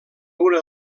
una